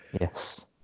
Yes